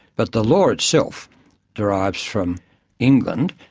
but the law itself derives from england,